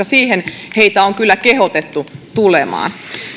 siihen heitä on kyllä kehotettu tulemaan